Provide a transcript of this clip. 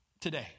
today